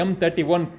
M31